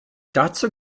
dazu